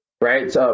right